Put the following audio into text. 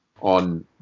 on